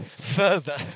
further